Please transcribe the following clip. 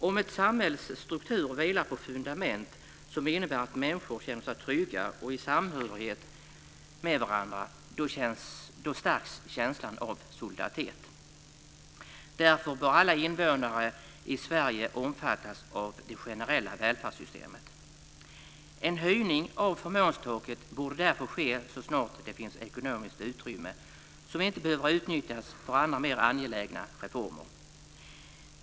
Om ett samhälles struktur vilar på fundament som innebär att människor känner sig trygga och i samhörighet med varandra stärks känslan av solidaritet. Därför bör alla invånare i Sverige omfattas av det generella välfärdssystemet. En höjning av förmånstaket borde därför ske så snart det finns ekonomiskt utrymme som inte behöver utnyttjas för andra mer angelägna reformer.